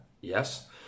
Yes